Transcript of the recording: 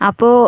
Apo